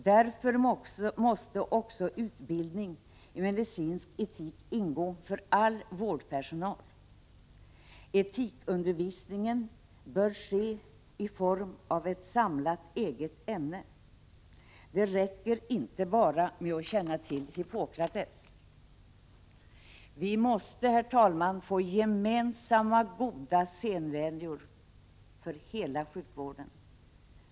Därför måste också utbildning i medicinsk etik ingå för all vårdpersonal. Etikundervisningen bör ske i form av ett samlat, eget ämne. Det räcker inte bara med att känna till Hippokrates. Vi måste få gemensamma, goda sedvänjor för hela sjukvården.